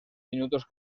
minutos